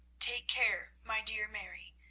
take care, my dear mary,